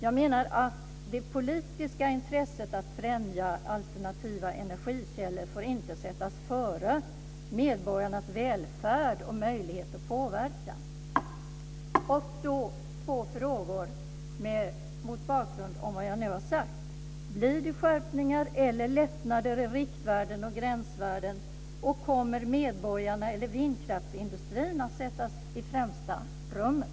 Jag menar att det politiska intresset att främja alternativa energikällor inte får sättas före medborgarnas välfärd och möjlighet att påverka. Jag har två frågor mot bakgrund av vad jag nu har sagt. Blir det skärpningar eller lättnader för riktvärden och gränsvärden? Kommer medborgarna eller vindkraftsindustrin att sättas i främsta rummet?